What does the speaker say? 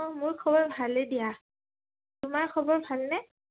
মোৰ খবৰ ভালেই দিয়া তোমাৰ খবৰ ভালনে